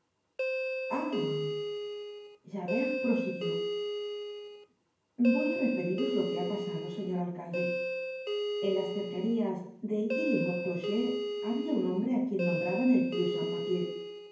ah javert prosiguió voy á referiros lo que ha pasado señor alcalde en las cercanías de ailly le haut clocher habia un hombre á quien nombraban el tio